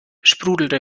sprudelte